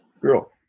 girl